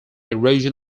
erosion